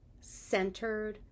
centered